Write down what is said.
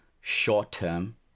short-term